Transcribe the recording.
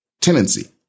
tenancy